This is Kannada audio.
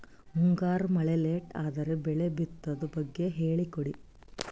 ಮುಂಗಾರು ಮಳೆ ಲೇಟ್ ಅದರ ಬೆಳೆ ಬಿತದು ಬಗ್ಗೆ ಹೇಳಿ ಕೊಡಿ?